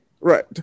Right